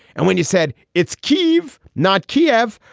and when you said it's khedive, not kiev,